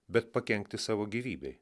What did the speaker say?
bet pakenkti savo gyvybei